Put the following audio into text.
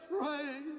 pray